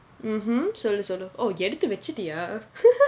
mmhmm சொல்லு சொல்லு:sollu sollu oh எடுத்து வைச்சிட்டியா:eduthu vaichitiyaa